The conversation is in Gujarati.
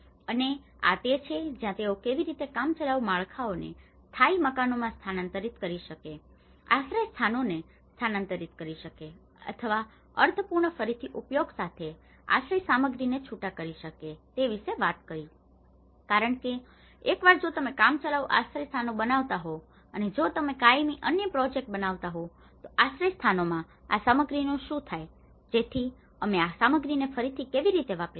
અને આ તે છે જ્યાં તેઓ કેવી રીતે કામચલાઉ માળખાઓને સ્થાયી મકાનોમાં સ્થાનાંતરિત કરી શકે છે આશ્રયસ્થાનોને સ્થાનાંતરિત કરી શકે છે અથવા અર્થપૂર્ણ ફરીથી ઉપયોગ સાથે આશ્રય સામગ્રીને છૂટા કરી શકશે તે વિશે વાત કરી હતી કારણ કે એકવાર જો તમે કામચલાઉ આશ્રયસ્થાનો બનાવતા હો અને જો તમે કાયમી અન્ય પ્રોજેક્ટ બનાવતા હોવ તો આશ્રયસ્થાનોમાં આ સામગ્રીનું શું થાય છે જેથી અમે આ સામગ્રીને ફરીથી કેવી રીતે વાપરી શકીએ